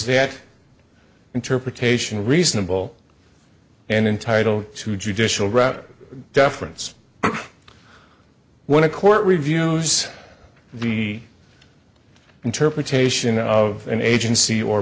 that interpretation reasonable and entitle to judicial rather deference when a court review knows the interpretation of an agency or